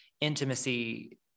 intimacy